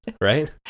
Right